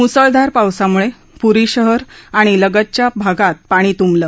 मुसळधार पावसामुळे पुरी शहर आणि लगतच्या भागात पाणी तुंबलं